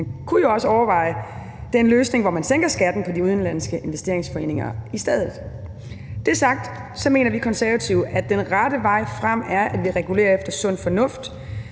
man kunne jo også overveje den løsning, hvor man sænker skatten for de udenlandske investeringsforeninger i stedet. Det sagt mener vi Konservative, at den rette vej frem er, at vi regulerer efter sund fornuft.